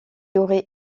aurait